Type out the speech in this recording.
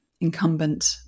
incumbent